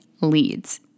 leads